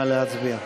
נא להצביע.